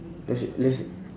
that's it there's th~